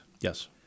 Yes